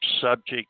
subject